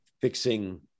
fixing